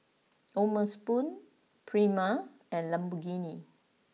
O'ma Spoon Prima and Lamborghini